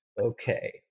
Okay